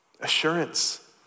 Assurance